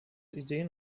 ideen